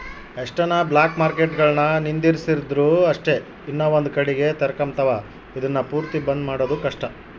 ಎಷ್ಟನ ಬ್ಲಾಕ್ಮಾರ್ಕೆಟ್ಗುಳುನ್ನ ನಿಂದಿರ್ಸಿದ್ರು ಅಷ್ಟೇ ಇನವಂದ್ ಕಡಿಗೆ ತೆರಕಂಬ್ತಾವ, ಇದುನ್ನ ಪೂರ್ತಿ ಬಂದ್ ಮಾಡೋದು ಕಷ್ಟ